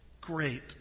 great